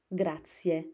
grazie